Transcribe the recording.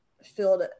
filled